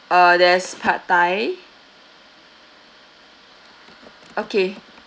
uh there's pad thai okay